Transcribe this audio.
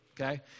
okay